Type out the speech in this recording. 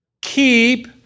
Keep